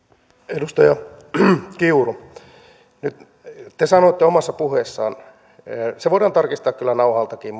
edustaja kiuru nyt te sanoitte omassa puheessanne se voidaan tarkistaa kyllä nauhaltakin